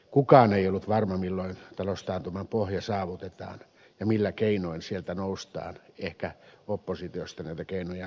kukaan ei ollut varma milloin taloustaantuman pohja saavutetaan ja millä keinoin sieltä noustaan ehkä oppositiosta näitä keinoja oli olemassa